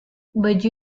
baju